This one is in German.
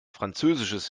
französisches